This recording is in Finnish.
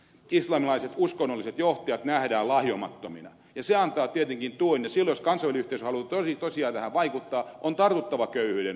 islamilaiset uskonnolliset johtajat nähdään lahjomattomina ja se antaa tietenkin tuen ja silloin jos kansainvälinen yhteisö haluaa tosiaan tähän vaikuttaa on tartuttava köyhyyden ongelmaan